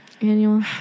annual